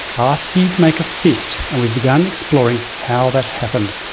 i asked you to make a fist, and we've begun exploring how that happened.